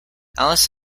alice